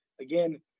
again